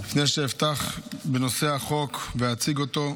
לפני שאפתח בנושא החוק ואציג אותו,